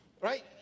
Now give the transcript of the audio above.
right